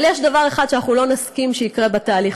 אבל יש דבר אחד שאנחנו לא נסכים שיקרה בתהליך